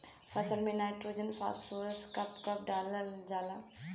फसल में nitrogen phosphorus कब कब डालल जाला?